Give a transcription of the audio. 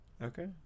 Okay